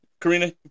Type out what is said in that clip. Karina